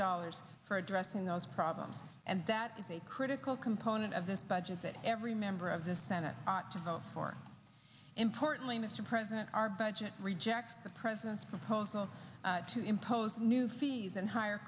dollars for addressing those problems and that is a critical component of this budget that every member of the senate ought to vote for importantly mr president our budget rejects the president's proposal to impose new fees and hi